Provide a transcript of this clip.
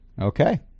Okay